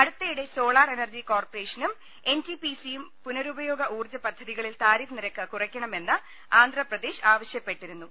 അടുത്തയിടെ solar energy കോർപറേഷനും N T P സിയും പുനരുപയോഗ ഊർജ്ജ പദ്ധതികളിൽ താരിഫ് നിരക്ക് കുറയ്ക്കണമെന്ന് ആന്ധ്രാപ്രദേശ് ആവശ്യപ്പെട്ടിരു ന്നു